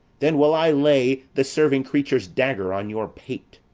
then will i lay the serving-creature's dagger on your pate.